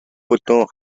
бүдүүн